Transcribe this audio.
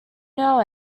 know